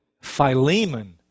Philemon